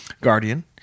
guardian